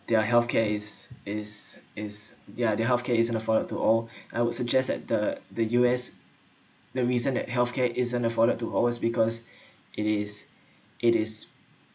their healthcare is is is their their healthcare isn't afforded to all I would suggest at the the U_S the reason that healthcare isn't afforded to all is because it is it is